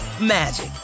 magic